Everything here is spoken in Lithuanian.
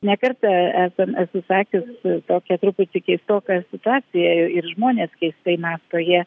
ne kartą esam esu sakius tokią truputį keistoką situaciją ir ir žmonės keistai mąsto jie